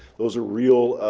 those are real,